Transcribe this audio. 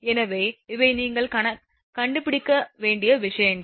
எனவே இவை நீங்கள் கண்டுபிடிக்க வேண்டிய விஷயங்கள்